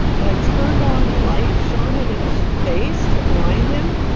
and i turned on a light, shone it in his face to blind him,